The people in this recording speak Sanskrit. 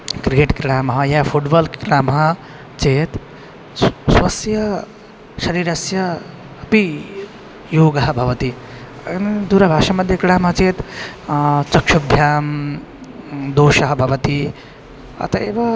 क्रिकेट् क्रीडामः या फ़ुड्बाल् क्रीडामः चेत् स्व स्वस्य शरीरस्य अपि योगः भवति दूरभाषामध्ये क्रीडामः चेत् चक्षुभ्यां दोषः भवति अतः एव